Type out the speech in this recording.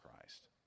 Christ